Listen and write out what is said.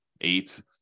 eight